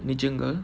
new jungle